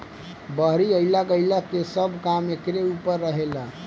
बहरी अइला गईला के सब काम एकरे ऊपर रहेला